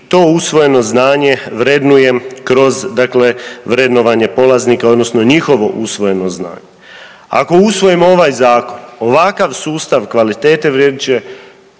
i to usvojeno znanje vrednuje kroz, dakle vrednovanje polaznika, odnosno njihovo usvojeno znanje. Ako usvojimo ovaj zakon ovakav sustav kvalitete vrijedit